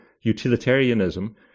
utilitarianism